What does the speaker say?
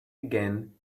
again